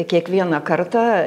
kiekvieną kartą